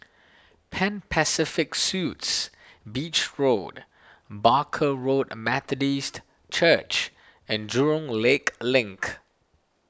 Pan Pacific Suites Beach Road Barker Road Methodist Church and Jurong Lake Link